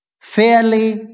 fairly